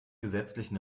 gesetzlichen